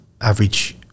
average